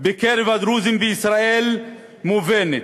בקרב הדרוזים בישראל מובנים.